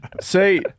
Say